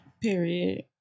period